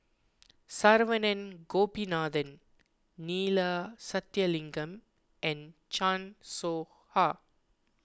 Saravanan Gopinathan Neila Sathyalingam and Chan Soh Ha